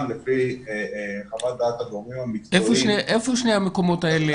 לפי חוות דעת הגורמים המקצועיים --- איפה שני המקומות האלה